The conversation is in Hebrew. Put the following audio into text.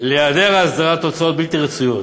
להיעדר האסדרה תוצאות בלתי רצויות.